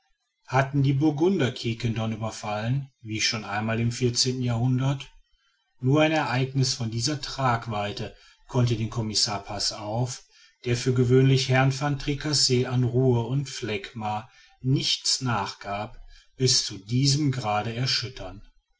hatten die burgunder quiquendone überfallen wie schon einmal im vierzehnten jahrhundert nur ein ereigniß von dieser tragweite konnte den commissar passauf der für gewöhnlich herrn van tricasse an ruhe und phlegma nichts nachgab bis zu diesem grade erschüttern